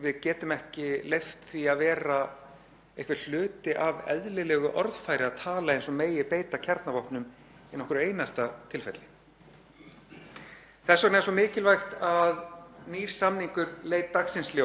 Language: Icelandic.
Þess vegna er svo mikilvægt að nýr samningur leit dagsins ljós, til þess að fylla í þá mynd sem fyrir var. Alþjóðasamningar sem náðist að setja á áratugunum áður snerust um að